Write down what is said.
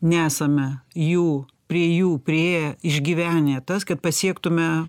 nesame jų prie jų priėję išgyvenę tas kad pasiektume